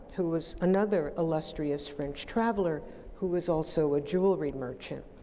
who was another illustrious french traveler who was also a jewelry merchant.